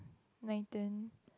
nineteen